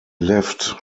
left